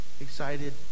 excited